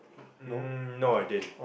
mm no I didn't